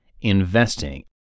investing